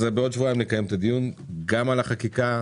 בעוד שבועיים נקיים את הדיון גם על החקיקה.